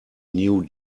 new